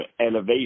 elevation